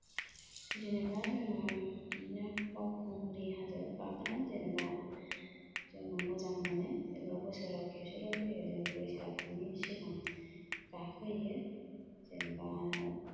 जेनेबा जोङो बिदिनो बावखुंग्रि हाजोआव गाखोनानै जेनेबा जोङो मोजां मोनो जेनेबा बोसोराव खेबसेल' फैयो जों बैसागनि सिगां गाखोहैयो जेनेबा